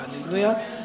Hallelujah